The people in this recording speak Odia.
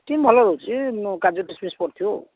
ଷ୍ଟିମ୍ ଭଲ ରହୁଛି କାଜୁ କିସ୍ମିସ୍ ପଡ଼ିଥିବ ଆଉ